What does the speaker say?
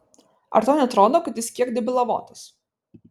ar tau neatrodo kad jis kiek debilavotas